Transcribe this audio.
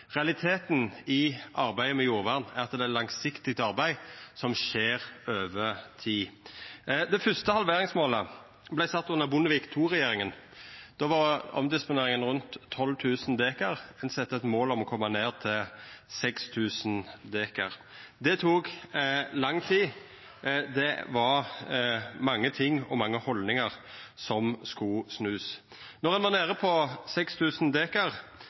Realiteten i arbeidet med jordvern er at det er eit langsiktig arbeid som skjer over tid. Det første halveringsmålet vart sett under Bondevik II-regjeringa. Då var omdisponeringa på rundt 12 000 dekar, og det vart sett eit mål om å koma ned til 6 000 dekar. Det tok lang tid. Det var mange ting og mange haldningar som skulle snuast. Då ein var nede på